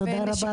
תודה רבה.